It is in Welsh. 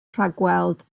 rhagweld